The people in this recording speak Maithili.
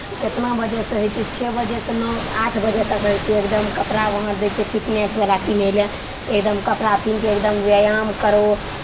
कितना बजेसँ होइ छै छओ बजेसँ नओ आठ बजे तक होइ छै एकदम कपड़ा वहाँ दै छै फिटनेसवला पहनय लेल एकदम कपड़ा पहिन कऽ एकदम व्यायाम करो